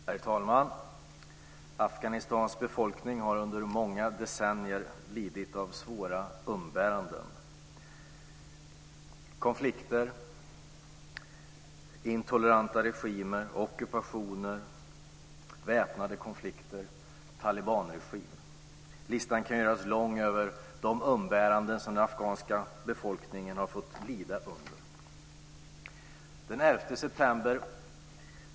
Herr talman! Afghanistans befolkning har under många decennier lidit av svåra umbäranden. Konflikter, intoleranta regimer, ockupationer, väpnade konflikter, talibanregim - listan kan göras lång över de umbäranden som den afghanska befolkningen har fått lida under.